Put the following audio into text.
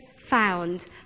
found